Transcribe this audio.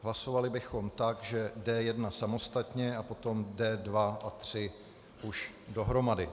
Hlasovali bychom tak, že D1 samostatně a potom D2 a D3 už dohromady.